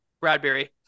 Bradbury